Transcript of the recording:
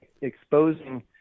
exposing